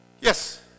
Yes